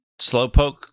Slowpoke